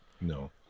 No